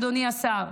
אדוני השר?